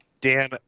Dan